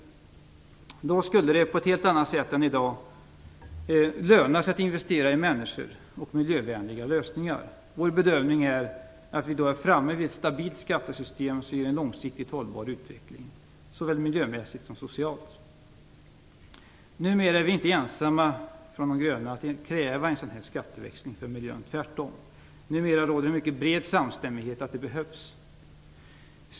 Med en sådan skulle det på ett helt annat sätt än i dag löna sig att investera i människor och i miljövänliga lösningar. Vår bedömning är att man då får ett stabilt skattesystem, som ger en långsiktigt hållbar utveckling såväl miljömässigt som socialt. Tvärtom råder det numera en mycket bred samstämmighet om att en sådan behövs.